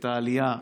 את העלייה.